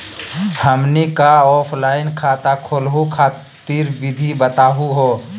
हमनी क ऑफलाइन खाता खोलहु खातिर विधि बताहु हो?